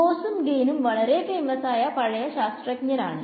ഗോസും ഗ്രീനും വളരെ ഫേമസ് ആയ പഴയ ശാസ്ത്രഞ്ജരാണ്